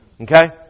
Okay